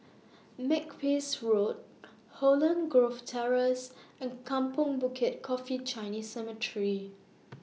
Makepeace Road Holland Grove Terrace and Kampong Bukit Coffee Chinese Cemetery